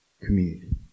community